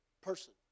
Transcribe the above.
person